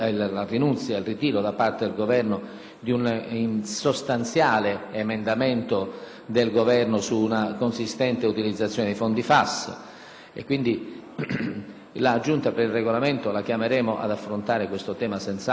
di un sostanziale emendamento del Governo stesso su una consistente utilizzazione dei fondi FAS. Quindi, la Giunta per il Regolamento verrà chiamata senz'altro ad affrontare questo tema in occasione delle prossime riunioni.